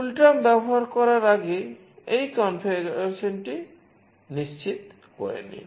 কুলটার্ম ব্যবহার করার আগে এই কনফিগারেশনটি নিশ্চিত করে নিন